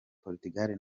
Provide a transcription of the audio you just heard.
portugal